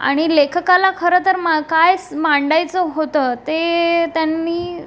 आणि लेखकाला खरंतर मा काय सा मांडायचं होतं ते त्यांनी